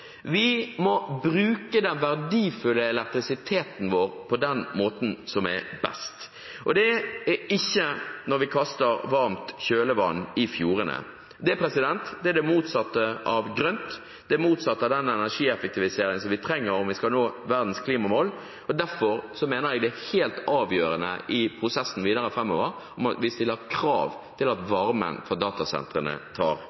Vi må bruke den verdifulle elektrisiteten vår på den måten som er best. Det gjør vi ikke når vi kaster varmt kjølevann i fjordene. Det er det motsatte av grønt og det motsatte av den energieffektiviseringen som vi trenger, om vi skal nå verdens klimamål. Derfor mener jeg det er helt avgjørende i prosessen videre framover at vi stiller krav om at